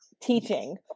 teaching